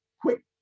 quick